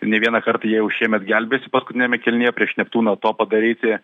ne vieną kartą jie jau šiemet gelbėjosi paskutiniame kėlinyje prieš neptūną to padaryti